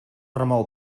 remou